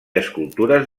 escultures